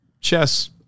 chess